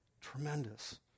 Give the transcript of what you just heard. Tremendous